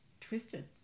twisted